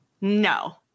No